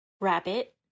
Rabbit